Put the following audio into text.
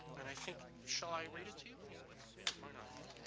and i think shall i read it to you? i mean but